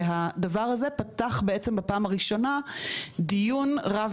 הדבר הזה פתח בעצם בפעם הראשונה דיון רב